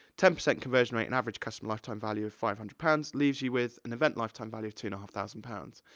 ten percent conversion rate, and average customer lifetime value of five hundred pounds, leaves you with an event lifetime value of two and a half thousand pounds.